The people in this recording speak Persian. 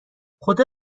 خدا